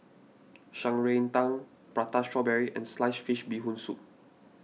Shan Rui Tang Prata Strawberry and Sliced Fish Bee Hoon Soup